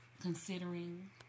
Considering